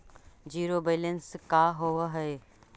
Zero balance का होव हइ?